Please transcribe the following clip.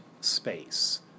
space